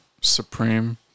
Supreme